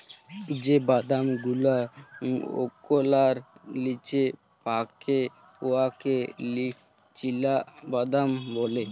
যে বাদাম গুলা ওকলার লিচে পাকে উয়াকে চিলাবাদাম ব্যলে